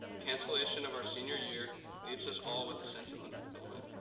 the cancellation of our senior year leaves us all with the sense of unfulfillment.